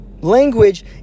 Language